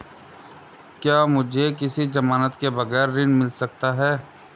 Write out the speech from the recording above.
क्या मुझे किसी की ज़मानत के बगैर ऋण मिल सकता है?